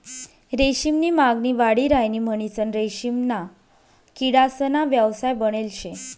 रेशीम नी मागणी वाढी राहिनी म्हणीसन रेशीमना किडासना व्यवसाय बनेल शे